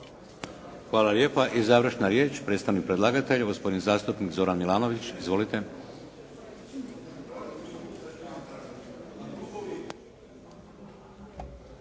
Hvala lijepa. I završna riječ, predstavnik predlagatelja, gospodin zastupnik Zoran Milanović. Izvolite.